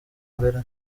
imbere